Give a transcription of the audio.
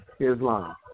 Islam